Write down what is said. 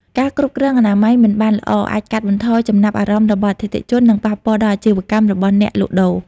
ការគ្រប់គ្រងអនាម័យមិនបានល្អអាចកាត់បន្ថយចំណាប់អារម្មណ៍របស់អតិថិជន និងប៉ះពាល់ដល់អាជីវកម្មរបស់អ្នកលក់ដូរ។